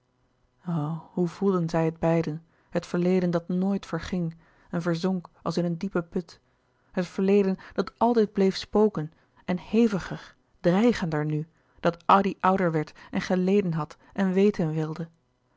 hoe voelden zij het beiden het verleden dat nooit verging en verzonk als in een diepen put het verleden dat altijd bleef spoken en heviger dreigender nu dat addy ouder werd en geleden had en weten wilde